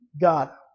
God